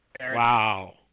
Wow